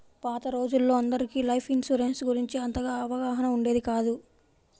పాత రోజుల్లో అందరికీ లైఫ్ ఇన్సూరెన్స్ గురించి అంతగా అవగాహన ఉండేది కాదు